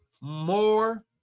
more